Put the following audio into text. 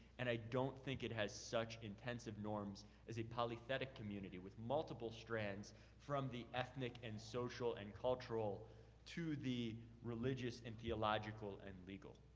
and i don't think it has such intensive norms as a polythetic community with multiple strands from the ethnic and social and cultural to the religious and theological and legal.